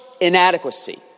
inadequacy